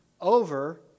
over